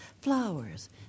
flowers